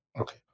Okay